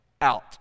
out